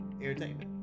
entertainment